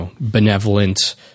benevolent